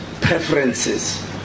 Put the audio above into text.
preferences